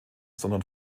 sondern